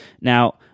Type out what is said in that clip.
now